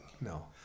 no